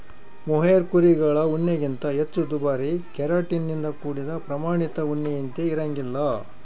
mohair ಕುರಿಗಳ ಉಣ್ಣೆಗಿಂತ ಹೆಚ್ಚು ದುಬಾರಿ ಕೆರಾಟಿನ್ ನಿಂದ ಕೂಡಿದ ಪ್ರಾಮಾಣಿತ ಉಣ್ಣೆಯಂತೆ ಇರಂಗಿಲ್ಲ